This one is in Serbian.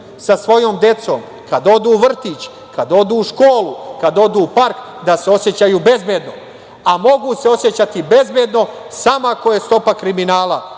sa svojom decom, kad odu u vrtić, kad odu u školu, kad odu u park da se osećaju bezbedno, a mogu se osećati bezbedno samo ako je stopa kriminala